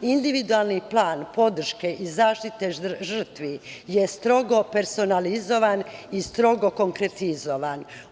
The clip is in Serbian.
Individualni plan podrške i zaštite žrtvi je strogo personalizovan i strogo konkretizovan.